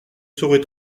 saurais